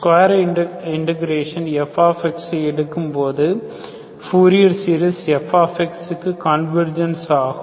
square induction f ஐ எடுக்கும்போது Fourier series f க்கு கன்வர்ஜென்ஸ் ஆகும்